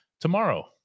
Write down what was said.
tomorrow